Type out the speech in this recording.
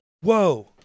whoa